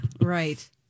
right